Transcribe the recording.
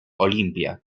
olimpia